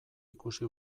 ikusi